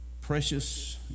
precious